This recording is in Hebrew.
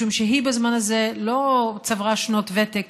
משום שהיא בזמן הזה לא צברה שנות ותק